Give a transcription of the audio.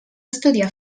estudiar